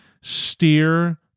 steer